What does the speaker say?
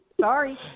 sorry